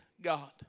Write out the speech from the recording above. God